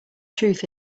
truth